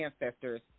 ancestors